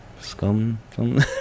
scum